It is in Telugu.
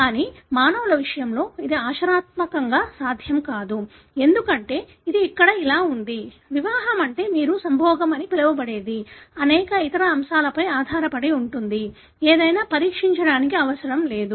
కానీ మానవుల విషయంలో ఇది ఆచరణాత్మకంగా సాధ్యం కాదు ఎందుకంటే ఇది ఇక్కడ ఇలా ఉంది వివాహం అంటే మీరు సంభోగం అని పిలవబడేది అనేక ఇతర అంశాలపై ఆధారపడి ఉంటుంది ఏదైనా పరీక్షించడానికి అవసరం లేదు